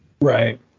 Right